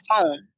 phone